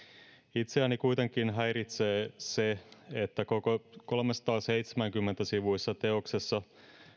itseäni kuitenkin häiritsee se että koko kolmesataaseitsemänkymmentä sivuisesta teoksesta